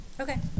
Okay